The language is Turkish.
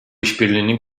işbirliğinin